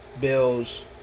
Bills